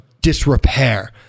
disrepair